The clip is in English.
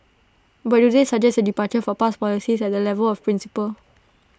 but do they suggest A departure for past policies at the level of principle